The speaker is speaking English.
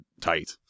tight